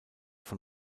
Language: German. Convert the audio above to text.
von